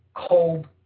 Cold